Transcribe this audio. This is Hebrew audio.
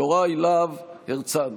יוראי להב הרצנו.